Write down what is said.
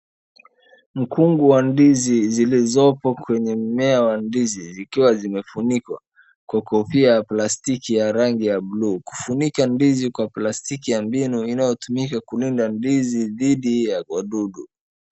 Mkungu wa ndizi zilizopo kwenye mmea wa ndizi zikiwa zimefunikwa kwa kofia ya plastiki ya rangi ya buluu, kufunika ndizi kwa plastiki ya mbinu inayotumika kulinda ndizi dhidi ya wadudu.